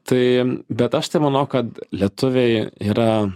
tai bet aš tai manau kad lietuviai yra